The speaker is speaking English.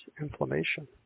inflammation